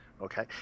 Okay